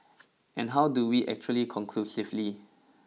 and how do we actually conclusively